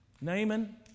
Naaman